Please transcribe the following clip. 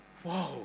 Whoa